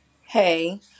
Hey